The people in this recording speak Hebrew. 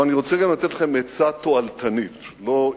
אבל אני רוצה גם לתת לכם הצעה תועלתנית, לא ערכית,